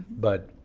but